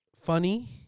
funny